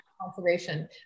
conservation